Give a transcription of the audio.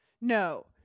No